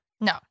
No